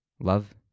Love